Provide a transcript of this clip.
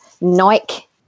Nike